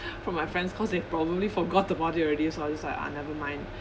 from my friends cause they probably forgot about it already so I was like ah never mind